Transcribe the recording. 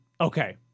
okay